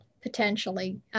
potentially